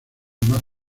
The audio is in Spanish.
más